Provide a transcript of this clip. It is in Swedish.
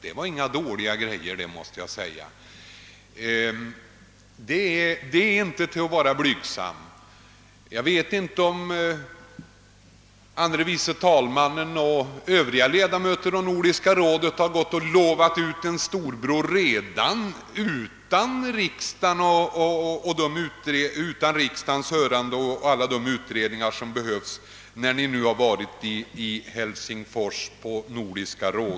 Det var inga dåliga grejor — det är inte till att vara blygsam! Jag vet inte om herr andre vice talmannen och övriga ledamöter av Nordiska rådet lovat ut en storbro utan riksdagens hörande under det nu avslutade mötet i Helsingfors.